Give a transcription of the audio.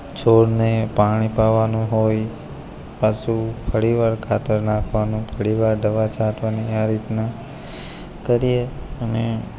છોડને પાણી પાવાનું હોય પાછું ફરી વાર ખાતર નાખવાનું ફરી વાર દવા છાંટવાની આ રીતના કરીએ અને